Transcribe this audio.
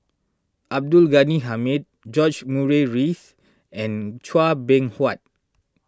Abdul Ghani Hamid George Murray Reith and Chua Beng Huat